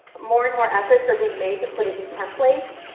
more and more efforts are being made to put it in template,